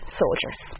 soldiers